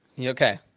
Okay